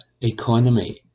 economy